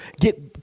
get